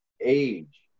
age